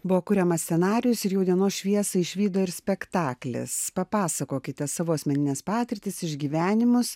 buvo kuriamas scenarijus ir jau dienos šviesą išvydo ir spektaklis papasakokite savo asmenines patirtis išgyvenimus